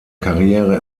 karriere